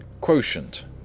Quotient